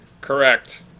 correct